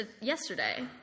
yesterday